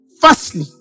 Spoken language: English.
Firstly